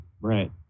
Right